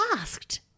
asked